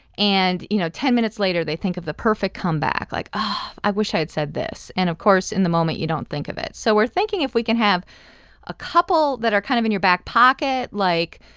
and, you know, ten minutes later they think of the perfect comeback. like, oh, i wish i had said this. and, of course, in the moment, you don't think of it. so we're thinking if we can have a couple that are kind of in your back pocket, like,